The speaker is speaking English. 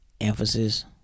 emphasis